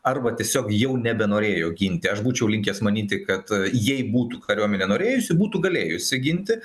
arba tiesiog jau nebenorėjo ginti aš būčiau linkęs manyti kad jei būtų kariuomenė norėjusi būtų galėjusi ginti